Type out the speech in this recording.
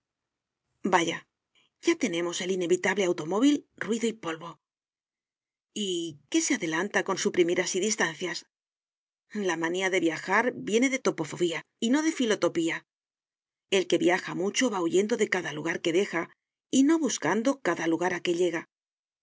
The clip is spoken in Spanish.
vaya ya tenemos el inevitable automóvil ruido y polvo y qué se adelanta con suprimir así distancias la manía de viajar viene de topofobía y no de filotopía el que viaja mucho va huyendo de cada lugar que deja y no buscando cada lugar a que llega